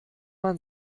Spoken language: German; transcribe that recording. man